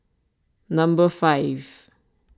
number five